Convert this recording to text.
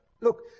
Look